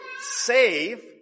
save